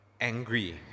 angry